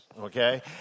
Okay